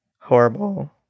horrible